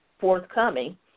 forthcoming